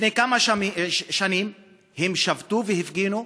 לפני כמה שנים הם שבתו והפגינו,